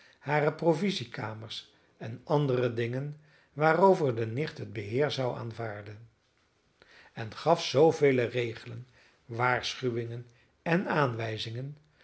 hare provisiekamers en andere dingen waarover de nicht het beheer zou aanvaarden en gaf zoovele regelen waarschuwingen en aanwijzingen